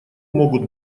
могут